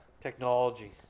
technology